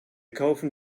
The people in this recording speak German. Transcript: kaufen